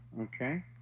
Okay